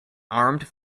armed